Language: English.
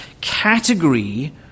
category